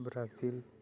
Brazil